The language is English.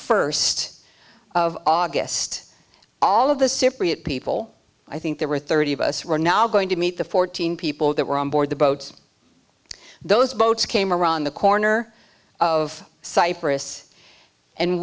first of august all of the cypriot people i think there were thirty of us were now going to meet the fourteen people that were on board the boat those boats came around the corner of cyprus and